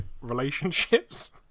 relationships